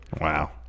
Wow